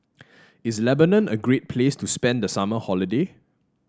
is Lebanon a great place to spend the summer holiday